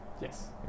Yes